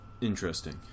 Interesting